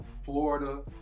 Florida